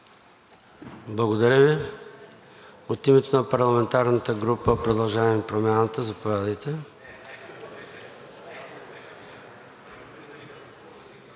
Стойков. От името на парламентарната група „Продължаваме Промяната“? Заповядайте.